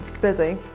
busy